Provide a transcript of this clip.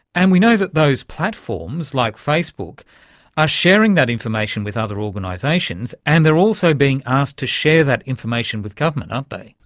and we know that those platforms like facebook are sharing that information with other organisations and they are also being asked to share that information with government, aren't they.